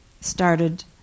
started